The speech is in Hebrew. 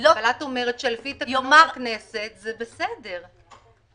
שלפי תקנון הכנסת זה בסדר.